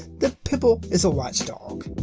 the pibble is a watchdog.